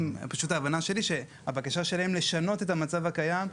ההבנה שלי היא שהבקשה שלהם היא לשנות את המצב הקיים,